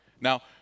Now